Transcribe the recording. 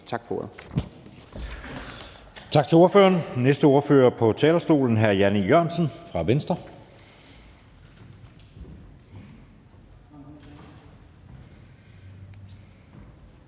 Tak for ordet.